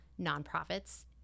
nonprofits